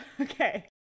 Okay